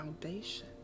foundation